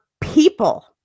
people